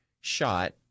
shot